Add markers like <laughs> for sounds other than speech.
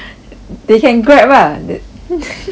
they can Grab lah then <laughs>